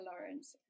Lawrence